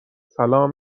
سلام